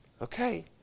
Okay